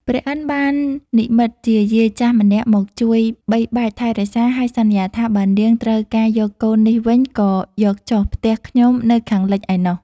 ព្រះឥន្ទ្របាននិម្មិតជាយាយចាស់ម្នាក់មកជួយបីបាច់ថែរក្សាហើយសន្យាថា បើនាងត្រូវការយកកូននេះវិញក៏យកចុះផ្ទះខ្ញុំនៅខាងកើតឯនោះ។